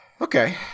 Okay